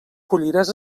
colliràs